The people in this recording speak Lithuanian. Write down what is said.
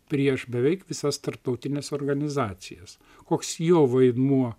prieš beveik visas tarptautines organizacijas koks jo vaidmuo